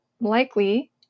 likely